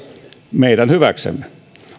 meidän hyväksemme